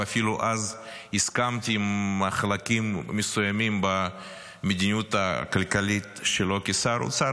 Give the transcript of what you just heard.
ואז אפילו הסכמתי עם חלקים מסוימים במדיניות הכלכלית שלו כשר האוצר,